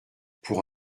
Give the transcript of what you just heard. pour